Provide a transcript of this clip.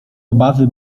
obawy